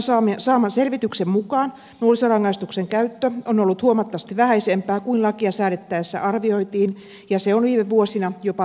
valiokunnan saaman selvityksen mukaan nuorisorangaistuksen käyttö on ollut huomattavasti vähäisempää kuin lakia säädettäessä arvioitiin ja se on viime vuosina jopa vähentynyt